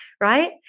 right